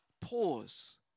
Pause